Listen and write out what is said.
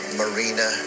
marina